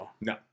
No